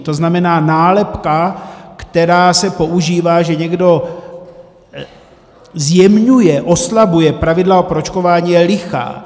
To znamená, nálepka, která se používá, že někdo zjemňuje, oslabuje pravidla pro očkování, je lichá.